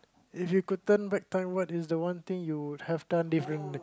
if you could turn back time what is the one thing you would have done differently